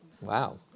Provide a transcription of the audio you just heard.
Wow